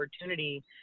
opportunity